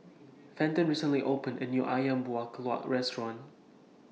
Fenton recently opened A New Ayam Buah Keluak Restaurant